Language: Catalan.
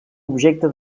objecte